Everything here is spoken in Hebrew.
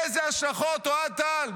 איזה השלכות, אוהד טל?